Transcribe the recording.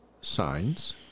signs